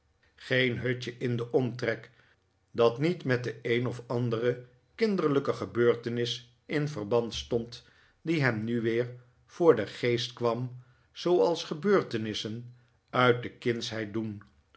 geen hutje in den omtrek dat niet met de een of andere kinderlijke gebeurtenis in verband stond die hem nu weer voor den geest kwam zooals gebeurtenissen uit de kindsheid doen